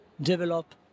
develop